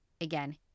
again